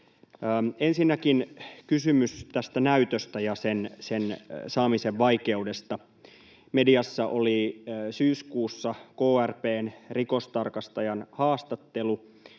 Ensinnäkin kysymys tästä näytöstä ja sen saamisen vaikeudesta. Mediassa oli syyskuussa krp:n rikostarkastajan haastattelu,